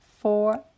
four